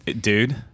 Dude